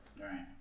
Right